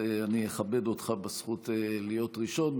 אני אכבד אותך בזכות להיות ראשון,